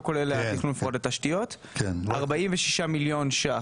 כולל תכנון מפורט לתשתיות - 46 מיליון שקל.